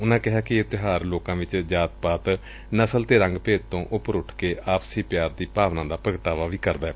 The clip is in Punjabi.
ਉਨਾਂ ਕਿਹਾ ਕਿ ਇਹ ਤਿਉਹਾਰ ਲੋਕਾਂ ਵਿਚ ਜਾਤਪਾਤ ਨਸਲ ਅਤੇ ਰੰਗ ਭੇਦ ਤੋਂ ਉਪਰ ਉਠ ਕੇ ਆਪਸੀ ਪਿਆਰ ਦੀ ਭਾਵਨਾ ਦਾ ਪੁਗਟਾਵਾ ਵੀ ਕਰਦੈ